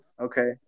okay